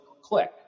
click